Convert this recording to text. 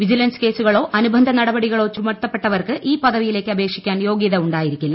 vigilance കേസുകളോ അനുബന്ധ നടപടികളോ ചുമത്തപ്പെട്ടവർക്ക് ഈ പദവിയിലേക്ക് അപേക്ഷിക്കാൻ യോഗ്യത ഉണ്ടായിരിക്കില്ല